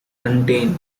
contain